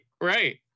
right